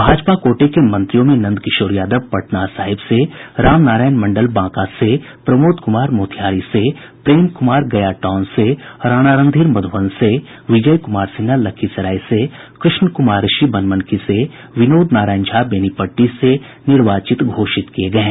भाजपा कोटे के मंत्रियों में नंद किशोर यादव पटना सहिब से राम नारायण मंडल बांका से प्रमोद कुमार मोतिहारी से प्रेम कुमार गया टाउन से राणा रणधीर मधुबन से विजय कुमार सिन्हा लखीसराय से कृष्ण कुमार ऋषि बनमनखी से विनोद नारायण झा बेनीपट्टी से निर्वाचित घोषित किये गये हैं